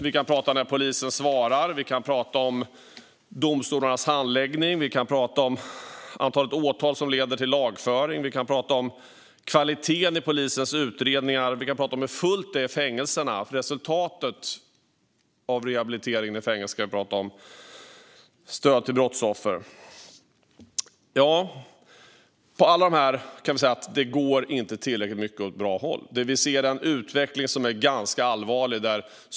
Vi kan tala om när polisen svarar, om domstolarnas handläggning, om antalet åtal som leder till lagföring, om kvaliteten i polisens utredningar och om hur fullt det är i fängelserna. Resultatet av rehabilitering i fängelse kan vi också tala om. Stöd till brottsoffer är en annan sak. På alla dessa områden går det inte tillräckligt bra. Utvecklingen är allvarlig.